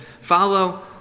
Follow